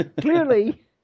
clearly